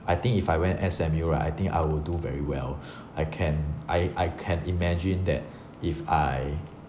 I think if I went S_M_U right I think I will do very well I can I I can imagine that if I